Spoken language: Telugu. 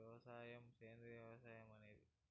వ్యవసాయం, సేంద్రీయ వ్యవసాయం అనేవి